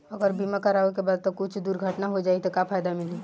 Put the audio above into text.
अगर बीमा करावे के बाद कुछ दुर्घटना हो जाई त का फायदा मिली?